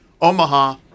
Omaha